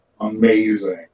amazing